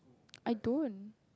I don't